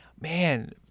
man